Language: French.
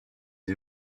des